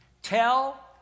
Tell